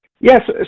Yes